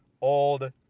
old